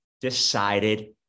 decided